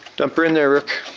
dump her in there, rook.